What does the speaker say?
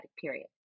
period